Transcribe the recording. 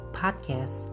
podcast